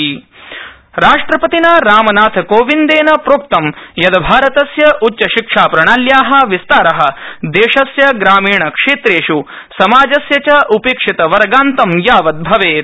राष्ट्रपति तना राष्ट्रपतिना रामनाथकोविन्देन प्रोक्तं यत् भारतस्य उच्च शिक्षाप्रणाल्या विस्तार देशस्य ग्रामीणक्षेत्रेष् समाजस्य च उपेक्षितवर्गान्तं यावत् भवेत्